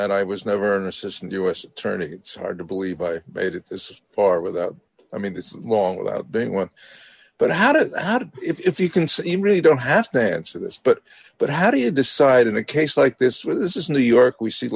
that i was never an assistant u s attorney it's hard to believe i made it this far without i mean this long without being one but how to if you can see you really don't have to answer this but but how do you decide in a case like this where this is new york we see